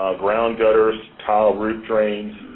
ground gutters, tile roof drains.